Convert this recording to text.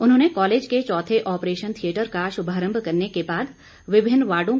उन्होंने कॉलेज के चौथे ऑपरेशन थियेटर का शुभारम्म करने के बाद विभिन्न वार्डो